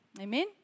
Amen